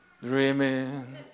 dreaming